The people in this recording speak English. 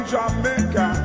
Jamaica